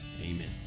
Amen